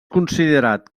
considerat